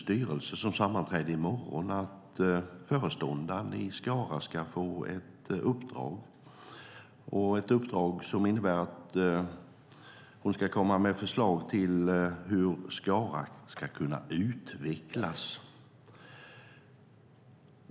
Styrelsen sammanträder i morgon och förslaget innebär att föreståndaren i Skara ska få i uppdrag att komma med idéer om hur Skara ska kunna utvecklas.